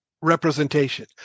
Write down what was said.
representation